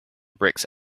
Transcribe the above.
bricks